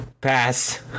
pass